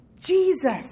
Jesus